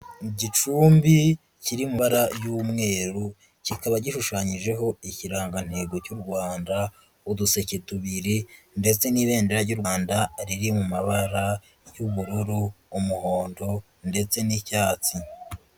Igicumbi kiri mu ibara y'umweru, kikaba gishushanyijeho ikirangantego cy'u Rwanda, uduseke tubiri ndetse n'ibendera ry'u Rwanda riri mu mabara y'ubururu umuhondo ndetse n'icyatsi.